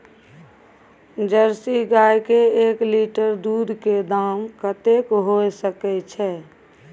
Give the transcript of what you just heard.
Jersey गाय के एक लीटर दूध के दाम कतेक होय सके छै?